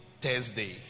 Thursday